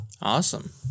Awesome